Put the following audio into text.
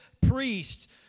priest